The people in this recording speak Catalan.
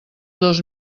dos